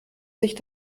sich